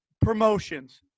promotions